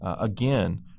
Again